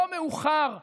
לא מאוחר להתעשת,